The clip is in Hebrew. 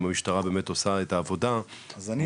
אם המשטרה באמת עושה את העבודה מול,